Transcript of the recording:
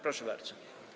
Proszę bardzo.